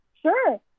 sure